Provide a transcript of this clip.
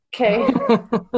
okay